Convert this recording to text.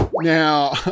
Now